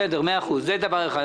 זה דבר אחד.